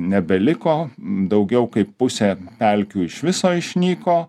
nebeliko daugiau kaip pusė pelkių iš viso išnyko